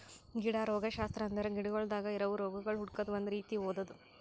ಗಿಡ ರೋಗಶಾಸ್ತ್ರ ಅಂದುರ್ ಗಿಡಗೊಳ್ದಾಗ್ ಇರವು ರೋಗಗೊಳ್ ಹುಡುಕದ್ ಒಂದ್ ರೀತಿ ಓದದು